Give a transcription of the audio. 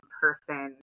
person